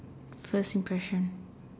first impression